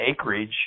acreage